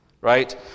right